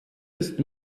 ist